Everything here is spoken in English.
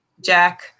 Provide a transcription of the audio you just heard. Jack